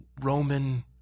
Roman